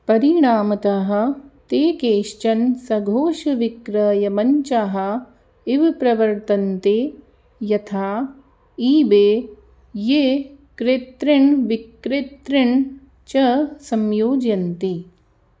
परिणामतः ते कश्चन् सघोषविक्रयमञ्चः इव प्रवर्तन्ते यथा ईबे ये क्रेत्रेन् विक्रेत्रेन् च संयोजयन्ति